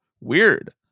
Weird